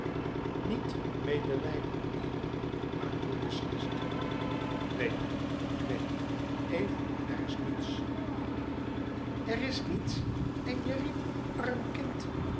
niet medelijdend meer maar koel beslist neen neen eve er is niets er is niets en je riep arm kind